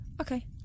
Okay